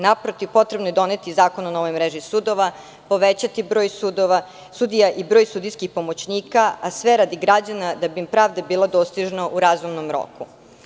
Naprotiv, potrebno je donet zakon o novoj mreži sudova, povećati broj sudija i broj sudijskih pomoćnika, a sve radi građana, da bi im pravda bila dostižna u razumnom roku.